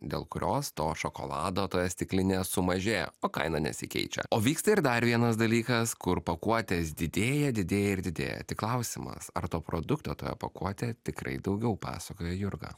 dėl kurios to šokolado toje stiklinėje sumažėja o kaina nesikeičia o vyksta ir dar vienas dalykas kur pakuotės didėja didėja ir didėja tik klausimas ar to produkto toje pakuotėje tikrai daugiau pasakoja jurga